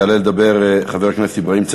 יעלה לדבר חבר הכנסת אברהים צרצור,